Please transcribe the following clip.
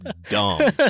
dumb